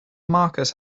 markers